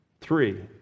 three